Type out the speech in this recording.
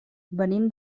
venim